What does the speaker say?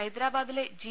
ഹൈദരാബാദിലെ ജി